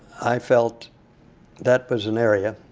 i felt that was an area